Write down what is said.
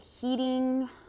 heating